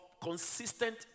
consistent